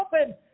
open